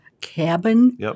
cabin